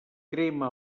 crema